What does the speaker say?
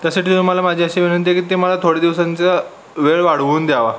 त्यासाठी तुम्हाला माझी अशी विनंती आहे की ते मला थोड्या दिवसांचा वेळ वाढवून द्यावा